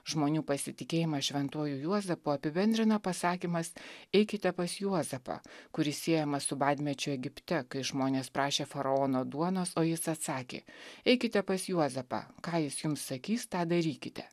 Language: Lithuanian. žmonių pasitikėjimą šventuoju juozapu apibendrina pasakymas eikite pas juozapą kuris siejamas su badmečiu egipte kai žmonės prašė faraono duonos o jis atsakė eikite pas juozapą ką jis jums sakys tą darykite